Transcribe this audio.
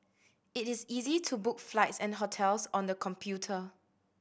it is easy to book flights and hotels on the computer